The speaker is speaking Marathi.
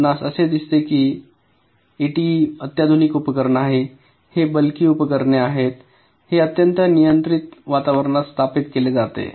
आपणास असे दिसते की हे एटीइ अत्याधुनिक उपकरण आहे हे बल्की उपकरणे आहेत हे अत्यंत नियंत्रित वातावरणात स्थापित केले जाते